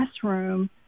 classroom